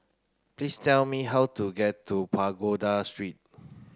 please tell me how to get to Pagoda Street